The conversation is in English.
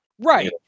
right